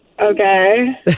okay